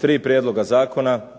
tri prijedloga zakona,